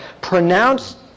pronounced